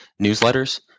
newsletters